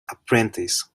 apprentice